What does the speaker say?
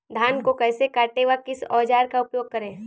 धान को कैसे काटे व किस औजार का उपयोग करें?